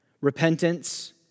repentance